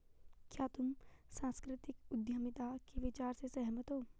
क्या तुम सांस्कृतिक उद्यमिता के विचार से सहमत हो?